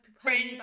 friends